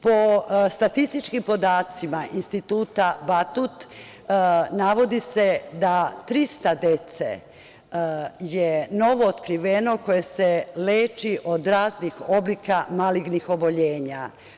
Po statističkim podacima Instituta „Batut“, navodi se da 300 dece je novootkriveno koja se leče od raznih oblika malignih oboljenja.